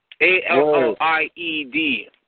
A-L-O-I-E-D